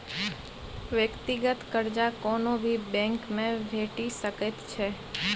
व्यक्तिगत कर्जा कोनो भी बैंकमे भेटि सकैत छै